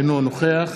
אינו נוכח